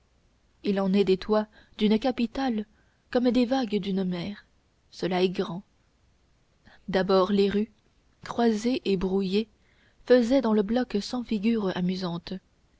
il en est des toits d'une capitale comme des vagues d'une mer cela est grand d'abord les rues croisées et brouillées faisaient dans le bloc cent figures amusantes